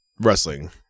wrestling